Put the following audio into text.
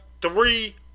three